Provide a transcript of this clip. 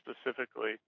specifically